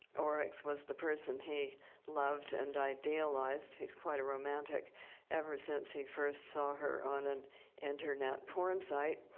oryx was the person he loved and idealized he's quite a romantic ever since he first saw her on an internet porn site.